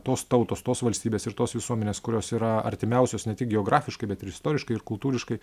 tos tautos tos valstybės ir tos visuomenės kurios yra artimiausios ne tik geografiškai bet istoriškai ir kultūriškai